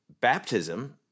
baptism